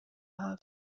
hafi